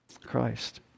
Christ